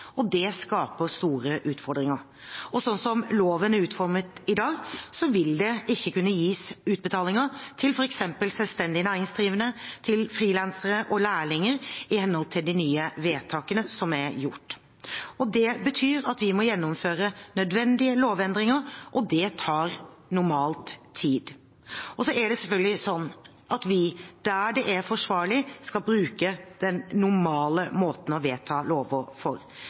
og det skaper store utfordringer. Sånn som loven er utformet i dag, vil det ikke kunne gis utbetalinger til f.eks. selvstendig næringsdrivende, til frilansere og til lærlinger i henhold til de nye vedtakene som er gjort. Det betyr at vi må gjennomføre nødvendige lovendringer, og det tar normalt tid. Så er det selvfølgelig sånn at vi der det er forsvarlig, skal bruke den normale måten å vedta lover